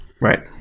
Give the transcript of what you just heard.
Right